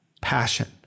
passion